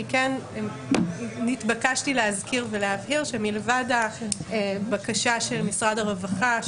אני כן התבקשתי להזכיר ולהבהיר שמלבד הבקשה של משרד הרווחה,